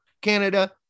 canada